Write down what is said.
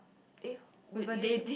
eh would you